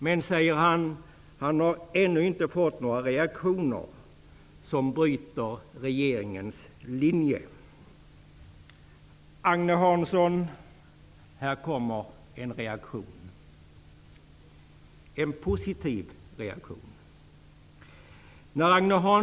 Men han säger också att han ännu inte har fått några reaktioner som bryter regeringens linje. Agne Hansson, här kommer en reaktion, en positiv reaktion.